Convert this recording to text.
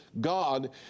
God